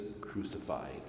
crucified